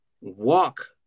walk